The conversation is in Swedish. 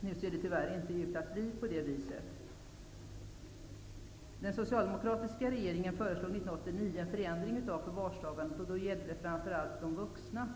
Nu ser det tyvärr inte ut att bli på det viset. en förändring av förvarslagen. Det gällde då framför allt vuxna.